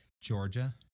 Georgia